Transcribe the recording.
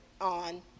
on